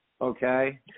Okay